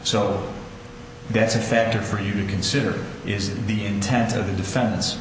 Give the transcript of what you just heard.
so that's a factor for you to consider is the intent of the defen